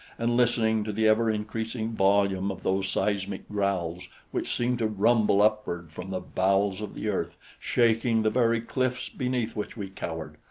and listening to the ever-increasing volume of those seismic growls which seemed to rumble upward from the bowels of the earth, shaking the very cliffs beneath which we cowered,